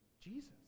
Jesus